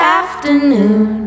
afternoon